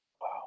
Wow